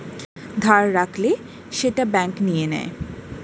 ধার রাখলে সেটা ব্যাঙ্ক নিয়ে নেয়